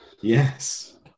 yes